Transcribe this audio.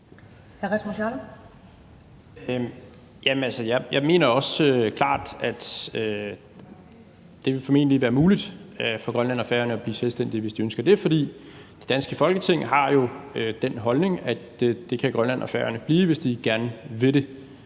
jeg mener også klart, at det formentlig vil være muligt for Grønland og Færøerne at blive selvstændige, hvis de ønsker det, for det danske Folketing har jo den holdning, at det kan Grønland og Færøerne blive, hvis de gerne vil det.